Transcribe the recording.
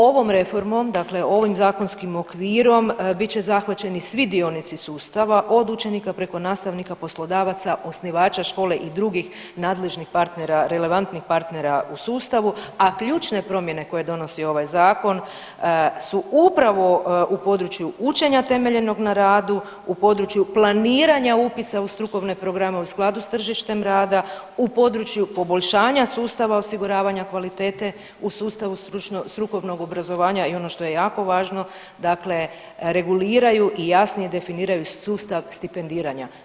Ovom reformom, dakle ovim zakonskim okvirom bit će zahvaćeni svi dionici sustava od učenika preko nastavnika, poslodavaca, osnivača škole i drugih nadležnih partnera relevantnih partnera u sustavu, a ključne promjene koje donosi ovaj zakon su upravo u području učenja temeljenog na radu u području planiranja upisa u strukovne programe u skladu s tržištem rada u području poboljšanja sustava osiguravanja kvalitete u sustavu strukovnog obrazovanja i ono što je jako važno dakle reguliraju i jasnije definiraju sustav stipendiranja.